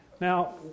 Now